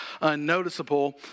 unnoticeable